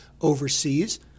overseas